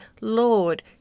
Lord